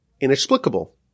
inexplicable